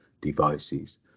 devices